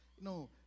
no